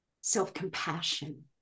self-compassion